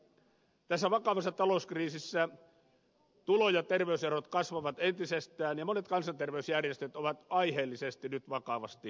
tässä vakavassa talouskriisissä tulo ja terveyserot kasvavat entisestään ja monet kansanterveysjärjestöt ovat aiheellisesti nyt vakavasti huolissaan